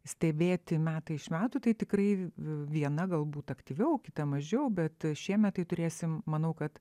stebėti metai iš metų tai tikrai viena galbūt aktyviau kita mažiau bet šiemet tai turėsim manau kad